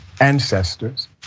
ancestors